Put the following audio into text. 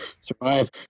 survive